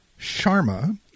Sharma